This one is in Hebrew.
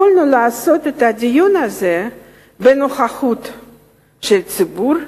יכולנו לעשות את הדיון הזה בנוכחות של הציבור,